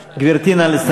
גברתי, נא לסיים.